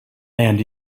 and